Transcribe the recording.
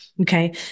okay